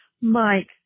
Mike